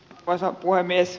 arvoisa puhemies